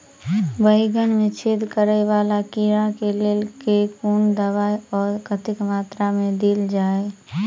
बैंगन मे छेद कराए वला कीड़ा केँ लेल केँ कुन दवाई आ कतेक मात्रा मे देल जाए?